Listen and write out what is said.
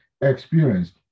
experience